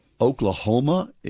Oklahoma